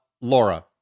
Laura